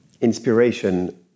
inspiration